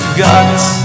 guts